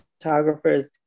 photographers